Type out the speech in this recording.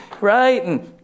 right